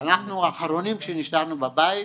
אנחנו האחרונים שנשארנו בבית,